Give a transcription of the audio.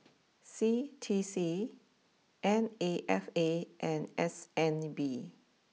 C T C N A F A and S N B